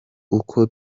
uko